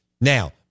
Now